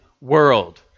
world